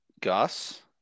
Gus